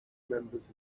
members